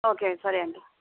okay అండి సరే అండి